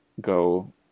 go